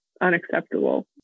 unacceptable